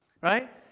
right